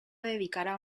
dedicará